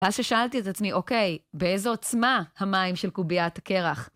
ואז ששאלתי את עצמי, אוקיי, באיזו עוצמה המים של קוביית קרח?